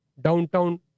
downtown